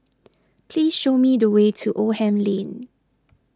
please show me the way to Oldham Lane